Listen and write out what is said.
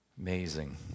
Amazing